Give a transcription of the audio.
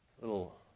Little